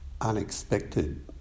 unexpected